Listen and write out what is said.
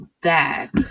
back